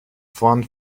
form